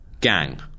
Gang